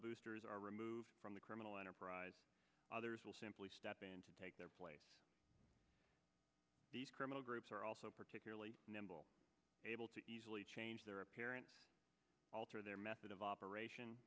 boosters are removed from the criminal enterprise others will simply step in to take their place criminal groups are also particularly nimble able to easily change their appearance alter their method of operation